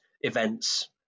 events